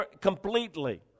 completely